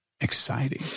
exciting